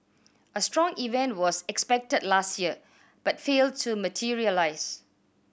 a strong event was expected last year but failed to materialise